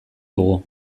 dugu